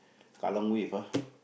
Kallang Wave ah